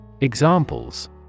Examples